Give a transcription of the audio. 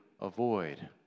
avoid